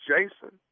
Jason